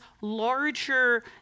larger